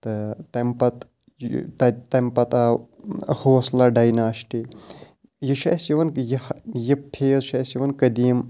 تہٕ تَمہِ پَتہٕ تَتہِ تَمہِ پَتہٕ آو حوصلا ڈایناسٹی یہِ چھُ اَسہِ یِوان یہِ یہِ فیز چھُ اَسہِ یِوان قدیٖم